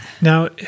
Now